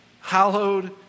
hallowed